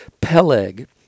Peleg